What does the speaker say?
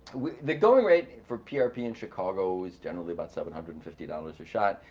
the going rate for prp in chicago is generally about seven hundred and fifty dollars a shot,